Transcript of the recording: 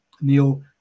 Neil